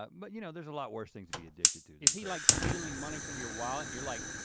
um but you know there's a lot worse things to be addicted to. is he like stealing money from your wallet, and you're like,